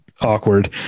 awkward